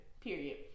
Period